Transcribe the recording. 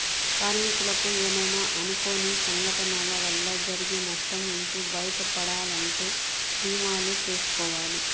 కార్మికులకు ఏమైనా అనుకోని సంఘటనల వల్ల జరిగే నష్టం నుంచి బయటపడాలంటే భీమాలు చేసుకోవాలి